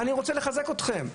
אני רוצה לחזק אתכם.